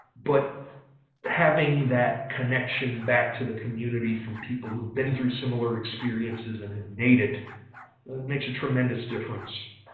but having that connection back to the community from people who've been through similar experiences and had made it makes a tremendous difference.